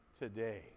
today